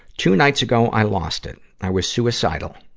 two nights ago, i lost it. i was suicidal.